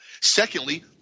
Secondly